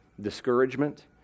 discouragement